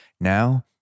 Now